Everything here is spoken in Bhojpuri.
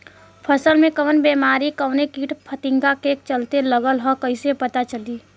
फसल में कवन बेमारी कवने कीट फतिंगा के चलते लगल ह कइसे पता चली?